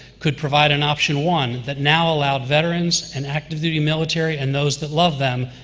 could provide an option one that now allowed veterans and active-duty military and those that love them,